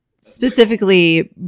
Specifically